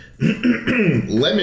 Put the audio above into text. lemon